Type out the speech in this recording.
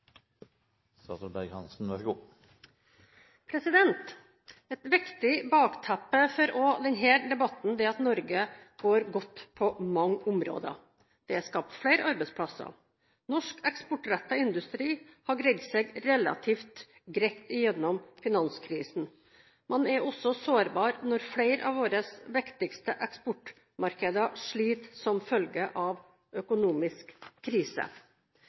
at Norge går godt på mange områder. Det er skapt flere arbeidsplasser. Norsk eksportrettet industri har klart seg relativt greit gjennom finanskrisen, men er også sårbar når flere av våre viktigste eksportmarkeder sliter som følge av økonomisk krise.